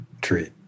tree